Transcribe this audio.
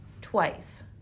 twice